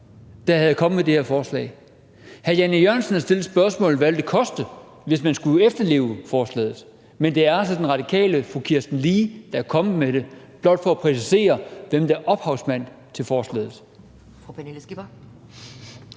der var kommet med det her forslag. Hr. Jan E. Jørgensen havde stillet spørgsmålet, hvad det ville koste, hvis man skulle efterleve forslaget. Men det er altså den radikale fru Kirsten Lee, der er kommet med det. Det er blot for at præcisere, hvem der er ophavsmand til forslaget. Kl. 15:20 Anden